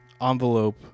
envelope